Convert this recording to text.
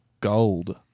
gold